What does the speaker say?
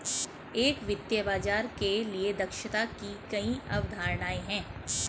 एक वित्तीय बाजार के लिए दक्षता की कई अवधारणाएं हैं